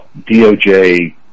DOJ